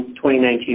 2019